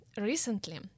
recently